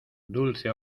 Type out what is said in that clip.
dulce